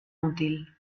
útil